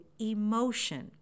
emotion